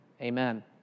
amen